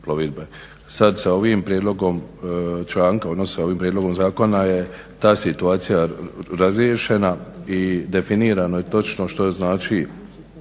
odnosno ovim prijedlogom zakona je ta situacija razrješenja i definirano je točno što znači